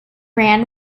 ran